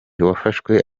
wafashwe